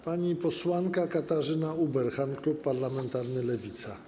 Pani posłanka Katarzyna Ueberhan, klub parlamentarny Lewica.